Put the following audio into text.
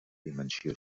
dimensió